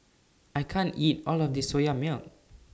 I can't eat All of This Soya Milk